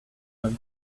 vingt